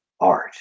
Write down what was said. art